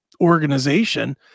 organization